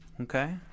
okay